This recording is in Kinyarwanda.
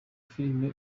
filime